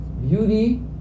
beauty